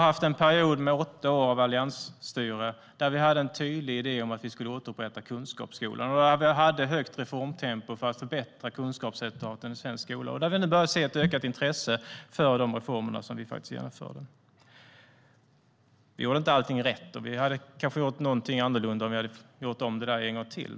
Under åtta år av alliansstyre hade vi en tydlig idé om att återupprätta kunskapsskolan. Vi höll högt reformtempo för att förbättra kunskapsresultaten i svensk skola. Vi börjar nu se ett ökat intresse för de reformer vi genomförde. Vi gjorde inte allting rätt, och vi hade kanske gjort någonting annorlunda om vi hade fått göra det en gång till.